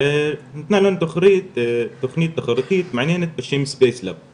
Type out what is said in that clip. נתנה לנו תוכנית תחרותית מעניינת בשם ספייס לאב,